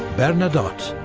bernadotte.